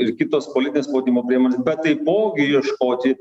ir kitos politinės spaudimo priemonės bet taipogi ieškoti